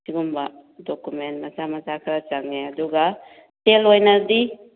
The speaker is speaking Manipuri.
ꯁꯤꯒꯨꯝꯕ ꯗꯣꯀꯨꯃꯦꯟ ꯃꯆꯥ ꯃꯆꯥ ꯈꯔ ꯆꯪꯉꯦ ꯑꯗꯨꯒ ꯁꯦꯜ ꯑꯣꯏꯅꯗꯤ